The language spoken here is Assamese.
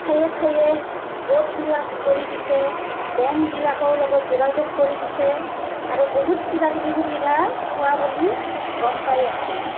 ঠায়ে ঠায়ে গোটবিলাক কৰি দিছে বেংকবিলাকৰ লগত যোগাযোগ কৰি দিছে আৰু বহুত কিবাকিবি সুবিধা পোৱা বুলি গম পাই আছোঁ